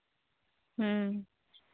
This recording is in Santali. ᱦᱮᱸ